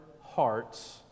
hearts